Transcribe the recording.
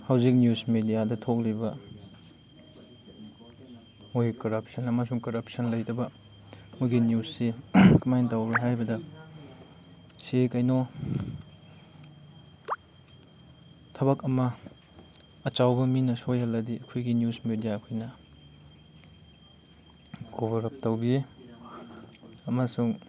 ꯍꯧꯖꯤꯛ ꯅ꯭ꯌꯨꯁ ꯃꯦꯗꯤꯌꯥꯗ ꯊꯣꯛꯂꯤꯕ ꯃꯣꯏꯒꯤ ꯀꯔꯞꯁꯟ ꯑꯃꯁꯨꯡ ꯀꯔꯞꯁꯟ ꯂꯩꯇꯕ ꯃꯣꯏꯒꯤ ꯅ꯭ꯌꯨꯁꯁꯤ ꯀꯃꯥꯏꯅ ꯇꯧꯕ꯭ꯔ ꯍꯥꯏꯕꯗ ꯁꯤ ꯀꯩꯅꯣ ꯊꯕꯛ ꯑꯃ ꯑꯆꯧꯕ ꯃꯤꯅ ꯁꯣꯏꯍꯜꯂꯗꯤ ꯑꯩꯈꯣꯏꯒꯤ ꯅ꯭ꯌꯨꯁ ꯃꯦꯗꯤꯌꯥ ꯑꯩꯈꯣꯏꯅ ꯀꯣꯕꯔ ꯑꯞ ꯇꯧꯕꯤꯌꯦ ꯑꯃꯁꯨꯡ